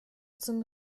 zum